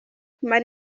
kumara